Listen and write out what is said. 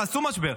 תעשו משבר.